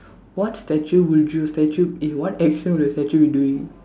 what statue would you statue eh what action would your statue be doing